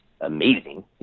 amazing